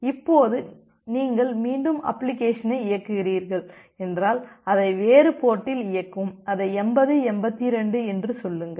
இப்போது நீங்கள் மீண்டும் அப்ளிகேஷனை இயக்குகிறீர்கள் என்றால் அதை வேறு போர்ட்டில் இயக்கவும் அதை 8082 என்று சொல்லுங்கள்